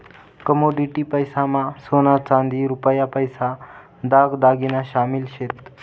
commodity पैसा मा सोना चांदी रुपया पैसा दाग दागिना शामिल शेत